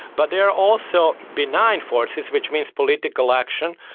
but there are also benign forces which means political action,